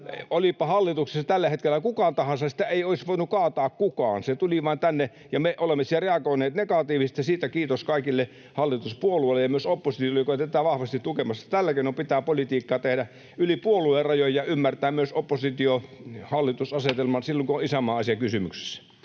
Olipa hallituksessa tällä hetkellä kuka tahansa, sitä ei olisi voinut kaataa kukaan. Se tuli vain tänne, ja me olemme siihen reagoineet negatiivisesti. Siitä kiitos kaikille hallituspuolueille ja myös oppositiolle, joka tätä oli vahvasti tukemassa. Tällä keinoin pitää politiikkaa tehdä, yli puoluerajojen, ja ymmärtää myös oppositio—hallitus-asetelman silloin, kun on isänmaan asia kysymyksessä.